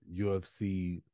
UFC